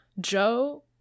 Joe